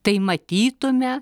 tai matytume